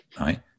right